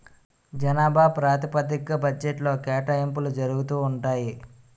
జనాభా ప్రాతిపదిగ్గా బడ్జెట్లో కేటాయింపులు జరుగుతూ ఉంటాయి